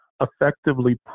effectively